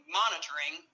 monitoring